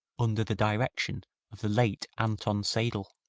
under the direction of the late anton seidl.